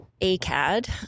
ACAD